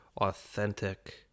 authentic